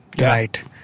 right